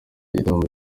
gitaramo